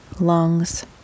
lungs